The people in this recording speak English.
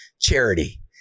charity